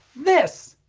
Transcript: this!